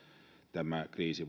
tämä kriisi